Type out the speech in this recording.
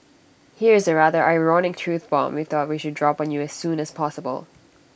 here's A rather ironic truth bomb we thought we should drop on you as soon as possible